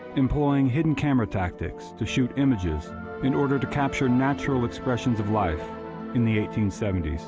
employing hidden camera tactics to shoot images in order to capture natural expressions of life in the eighteen seventy s,